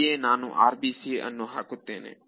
ಇಲ್ಲಿಯೇ ನಾನು RBC ಅನ್ನು ಹಾಕುತ್ತೇನೆ